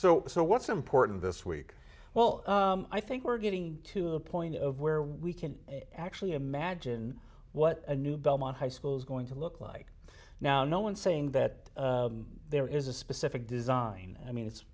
so so what's important this week well i think we're getting to the point where we can actually imagine what the new belmont high school is going to look like now no one's saying that there is a specific design i mean it's